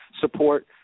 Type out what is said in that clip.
support